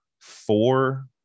four